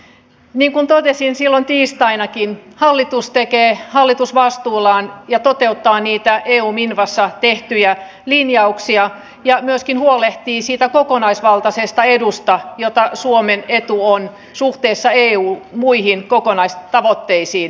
niin kuin totesin silloin tiistainakin hallitus tekee hallitusvastuullaan ja toteuttaa niitä eu minvassa tehtyjä linjauksia ja myöskin huolehtii siitä kokonaisvaltaisesta edusta jota suomen etu on suhteessa muihin eu kokonaistavoitteisiin